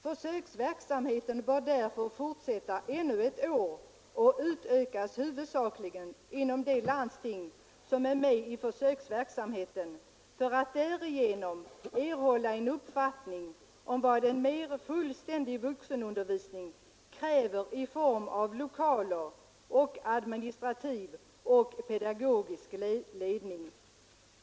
Försöksverksamheten bör därför fortsätta ännu ett år och utökas huvudsakligen inom de landsting som är med i försöksverksamheten för att därigenom erhålla en uppfattning om vad en mer fullständig vuxenundervisning kräver i form av lokaler och administrativ och pedagogisk ledning.